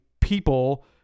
people